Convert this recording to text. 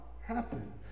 happen